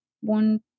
one